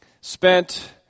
Spent